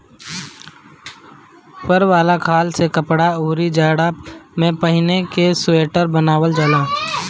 फर वाला खाल से कपड़ा, अउरी जाड़ा में पहिने के सुईटर बनावल जाला